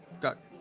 Got